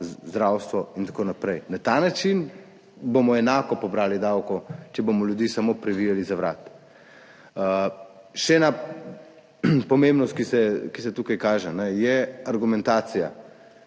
zdravstvo in tako naprej. Na ta način bomo pobrali enako davkov, če bomo ljudi samo privijali za vrat. Še ena pomembnost, ki se tukaj kaže, je argumentacija.